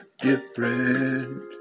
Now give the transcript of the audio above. different